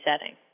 setting